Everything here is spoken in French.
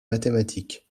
mathématiques